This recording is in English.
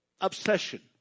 obsession